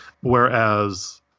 Whereas